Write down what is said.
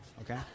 Okay